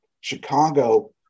Chicago